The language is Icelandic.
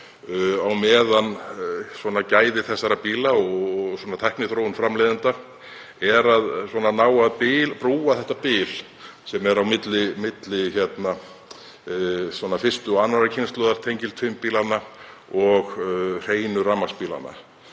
á meðan gæði þessara bíla og tækniþróun framleiðanda er að ná brúa það bil sem er á milli fyrstu og annarrar kynslóðar tengiltvinnbílanna og hreinu rafmagnsbílanna.